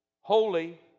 holy